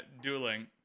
dueling